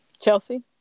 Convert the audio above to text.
Chelsea